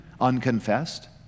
unconfessed